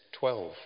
12